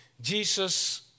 Jesus